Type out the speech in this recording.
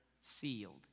sealed